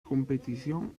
competición